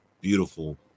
beautiful